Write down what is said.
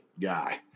guy